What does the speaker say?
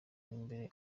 imbere